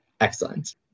excellent